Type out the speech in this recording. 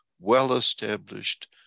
well-established